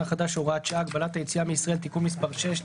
החדש (הוראת שעה) (הגבלת היציאה מישראל) (תיקון מס' 6),